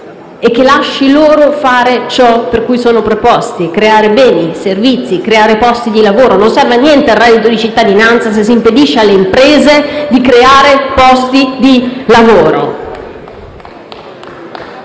e che lasci loro fare ciò a cui sono preposti, ossia creare beni, servizi e posti di lavoro. Non serve a niente il reddito di cittadinanza, se si impedisce alle imprese di creare posti di lavoro.